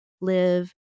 live